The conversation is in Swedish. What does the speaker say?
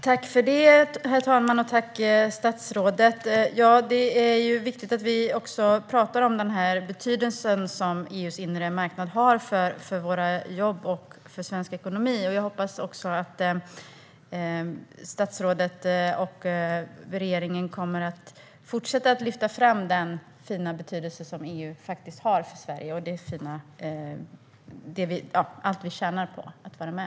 Herr talman! Tack, statsrådet! Det är viktigt att vi talar om den betydelse som EU:s inre marknad har för våra jobb och för svensk ekonomi. Jag hoppas att statsrådet och regeringen kommer att fortsätta lyfta fram den fina betydelse som EU faktiskt har för Sverige och allt vi tjänar på att vara med.